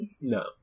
No